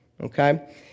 okay